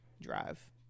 drive